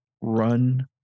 run